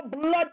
blood